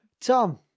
Tom